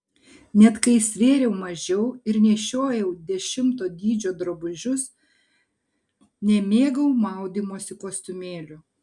net kai svėriau mažiau ir nešiojau dešimto dydžio drabužius nemėgau maudymosi kostiumėlių